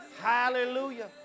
Hallelujah